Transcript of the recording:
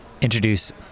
introduce